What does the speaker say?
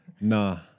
nah